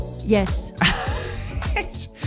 Yes